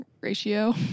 ratio